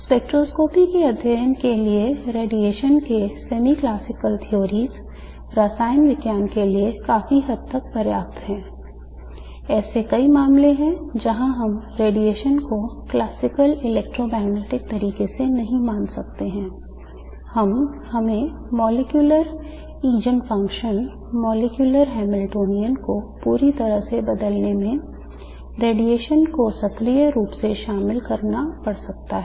spectroscopy के अध्ययन के लिए रेडिएशन के अर्ध शास्त्रीय सिद्धांत को पूरी तरह से बदलने में रेडिएशन को सक्रिय रूप में शामिल करना पड़ सकता है